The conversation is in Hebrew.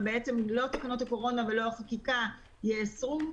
ולא תקנות הקורונה ולא החקיקה יאסרו,